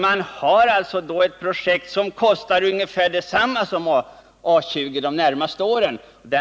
Man har då ett projekt som kostar ungefär detsamma som A 20 de närmaste åren.